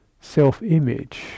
self-image